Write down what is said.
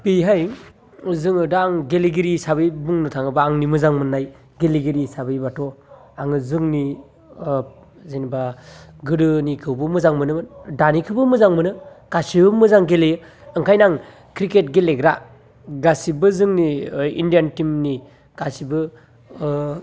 बेहाय जोङो दा आङो गेलेगिरि हिसाबै बुंनो थाङोबा आंनि मोजां मोन्नाय गेलेगिरि हिसाबैबाथ आङो जोंनि ओ जेनैबा गोदोनिखौबो मोजां मोनोमोन दानिखौबो मोजां मोनो गासिबो मोजां गेलेयो ओंखायनो आं क्रिकेट गेलेग्रा गासिबो जोंनि इण्डियान टिमनि गासिबो ओ